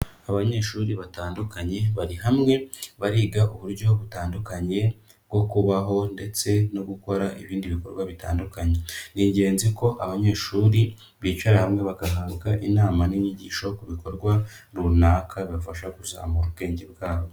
Abanyeshuri batandukanye bari hamwe, bariga uburyo butandukanye bwo kubaho ndetse no gukora ibindi bikorwa bitandukanye. Ni ingenzi ko abanyeshuri bicara hamwe, bagahabwa inama n'inyigisho ku bikorwa runaka, bibafasha kuzamura ubwenge bwabo.